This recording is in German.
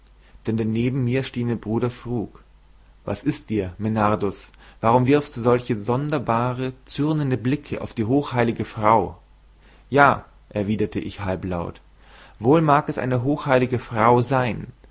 denn der neben mir stehende bruder frug was ist dir medardus warum wirfst du solche sonderbare zürnende blicke auf die hochheilige frau ja erwiderte ich halblaut wohl mag es eine hochheilige frau sein